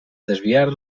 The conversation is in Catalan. desviar